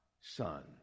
son